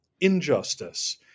injustice